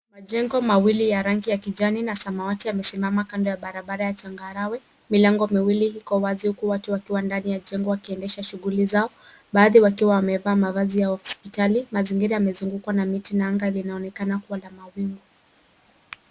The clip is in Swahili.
Majengo mawili ya rangi ya kijani na samawati yamesimama kando ya barabara ya changarawe. Milango miwili Iko wazi huku watu wakiwa ndani ya jengo wakiendesha shughuli zao. Baadhi wakiwa wamevaa mavazi ya hospitali. Mazingira yamezungukwa na miti na anga linaonekana kuwa la mawingu.